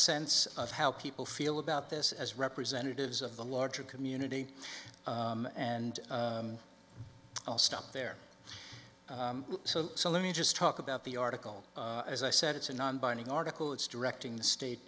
sense of how people feel about this as representatives of the larger community and i'll stop there so let me just talk about the article as i said it's a non binding article it's directing the state